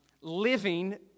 living